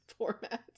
formats